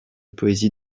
poésie